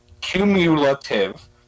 cumulative